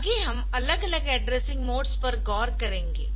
आगे हम अलग अलग एड्रेसिंग मोड्स पर गौर करेंगे